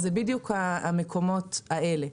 אז זה בדיוק המקומות האלה.